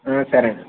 సరేనండి